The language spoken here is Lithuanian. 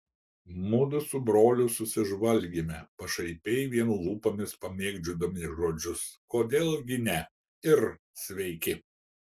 mudu su broliu susižvalgėme pašaipiai vien lūpomis pamėgdžiodami žodžius kodėl gi ne ir sveiki